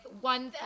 one